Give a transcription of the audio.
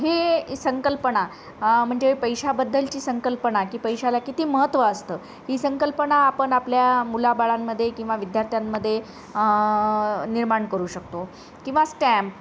हे संकल्पना म्हणजे पैशाबद्दलची संकल्पना की पैशाला किती महत्त्व असतं ही संकल्पना आपण आपल्या मुलाबाळांमध्ये किंवा विद्यार्थ्यांमध्ये निर्माण करू शकतो किंवा स्टॅम्प